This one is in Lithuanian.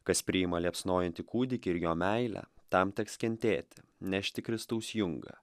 kas priima liepsnojantį kūdikį ir jo meilę tam teks kentėti nešti kristaus jungą